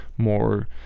more